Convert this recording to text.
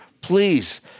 Please